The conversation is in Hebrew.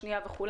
שנייה וכו'.